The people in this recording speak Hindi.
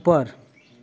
ऊपर